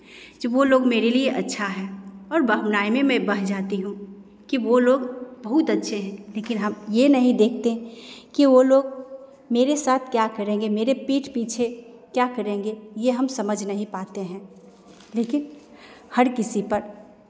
वो लोग मेरे लिए अच्छा है और भावनाएं में मैं बह जाती हूँ कि वो लोग बहुत अच्छे हैं लेकिन हम ये नहीं देखते कि वो लोग मेरे साथ क्या करेंगे मेरे पीठ पीछे क्या करेंगे ये हम समझ नहीं पाते हैं लेकिन हर किसी पर